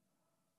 איימן,